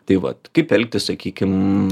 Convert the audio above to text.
tai vat kaip elgtis sakykim